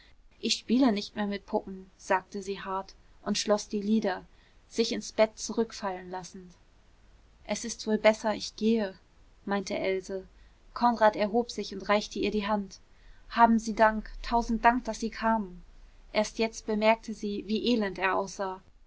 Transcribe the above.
ich spiele nicht mehr mit puppen sagte sie hart und schloß die lider sich ins bett zurückfallen lassend es ist wohl besser ich gehe meinte else konrad erhob sich und reichte ihr die hand haben sie dank tausend dank daß sie kamen jetzt erst bemerkte sie wie elend er aussah